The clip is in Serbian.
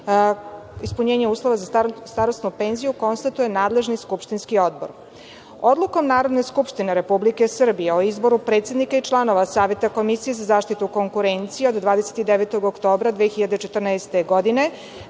ispunjenjem uslova za starosnu penziju, konstatuje nadležni skupštinski odbor. Odlukom Narodne skupštine Republike Srbije o izboru predsednika i članova Saveta komisije za zaštitu konkurencije od 29. oktobra 2014. godine